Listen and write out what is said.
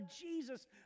Jesus